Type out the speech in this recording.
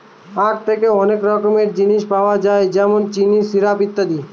আঁখ থেকে অনেক রকমের জিনিস পাওয়া যায় যেমন চিনি, সিরাপ, ইত্যাদি